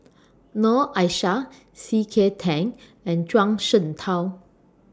Noor Aishah C K Tang and Zhuang Shengtao